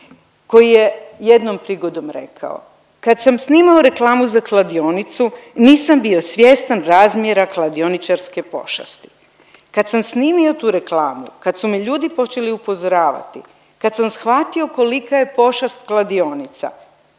koji je jednom prigodom rekao. Kad sam snimao reklamu za kladionicu nisam bio svjestan razmjera kladioničarske pošasti. Kad sam snimio tu reklamu, kad su me ljudi počeli upozoravati, kad sam shvatio kolika je pošast kladionica